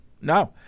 No